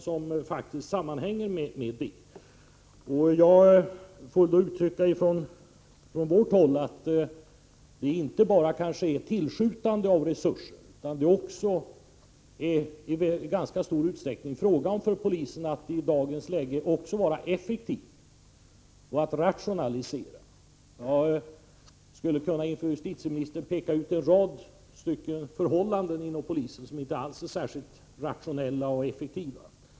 Vårt parti har den uppfattningen att det kanske inte är tillräckligt att tillskjuta resurser. För polisen är det i dagens läge också i ganska stor utsträckning fråga om att vara effektiva och att rationalisera. Jag skulle för justitieministern kunna peka ut en rad förhållanden inom polisen som inte alls är särskilt rationella och effektiva.